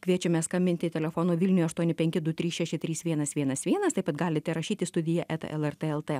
kviečiame skambinti telefonu vilniuje aštuoni penki du trys šeši trys vienas vienas vienas taip pat galite rašyti į studija eta lrt eltai